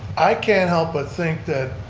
i can't help but think that,